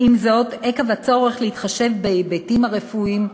עם זאת, עקב הצורך להתחשב בהיבטים הרפואיים,